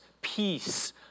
peace